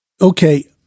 Okay